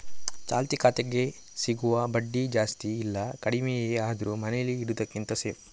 ಚಾಲ್ತಿ ಖಾತೆಗೆ ಸಿಗುವ ಬಡ್ಡಿ ಜಾಸ್ತಿ ಇಲ್ಲ ಕಡಿಮೆಯೇ ಆದ್ರೂ ಮನೇಲಿ ಇಡುದಕ್ಕಿಂತ ಸೇಫ್